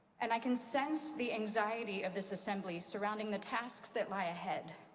and i can sense the anxiety of this assembly surrounding the tasks that lie ahead.